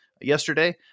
yesterday